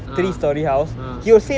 ah ah